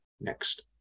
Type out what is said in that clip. next